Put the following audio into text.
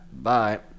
Bye